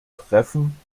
treffen